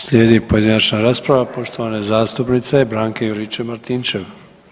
Slijedi pojedinačna rasprava, poštovana zastupnice Branke Juričev-Martinčev.